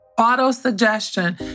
Auto-suggestion